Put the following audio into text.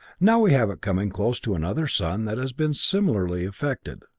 now we have it coming close to another sun that has been similarly afflicted.